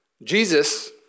Jesus